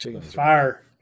fire